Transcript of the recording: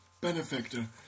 benefactor